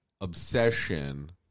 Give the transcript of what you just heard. obsession